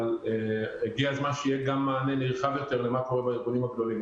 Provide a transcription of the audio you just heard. אבל הגיע הזמן שיהיה גם מענה נרחב יותר למה שקורה בארגונים הגדולים.